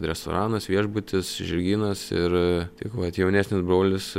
restoranas viešbutis žirgynas ir tik vat jaunesnis brolis